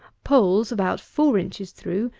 poles about four inches through,